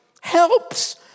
helps